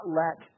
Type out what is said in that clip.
let